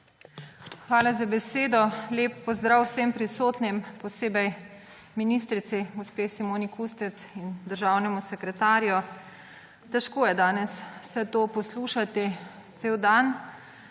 Hvala za besedo. Lep pozdrav vsem prisotnim, posebej ministrici gospe Simoni Kustec in državnemu sekretarju! Težko je danes vse to poslušati cel dan.